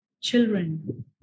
children